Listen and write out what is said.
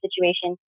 situation